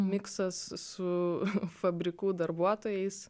miksas su fabrikų darbuotojais